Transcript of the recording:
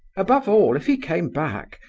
above all, if he came back,